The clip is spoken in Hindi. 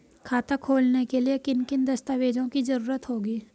खाता खोलने के लिए किन किन दस्तावेजों की जरूरत होगी?